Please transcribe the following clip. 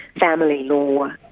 family law,